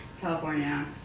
California